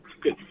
Good